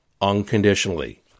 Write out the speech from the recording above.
unconditionally